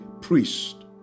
priest